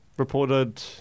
Reported